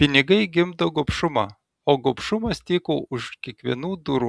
pinigai gimdo gobšumą o gobšumas tyko už kiekvienų durų